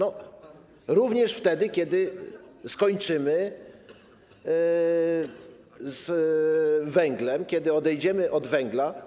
Otóż wtedy, kiedy skończymy z węglem, kiedy odejdziemy od węgla.